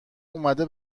اومده